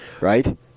Right